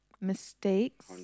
mistakes